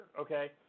okay